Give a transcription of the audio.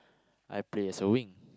I play as a wing